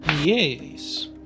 Yes